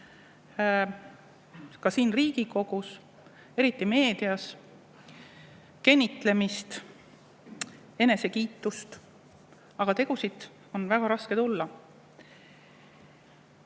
ka siin Riigikogus, kuid eriti meedias –, kenitlemist ja enesekiitust, aga tegusid on väga raske esile